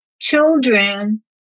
children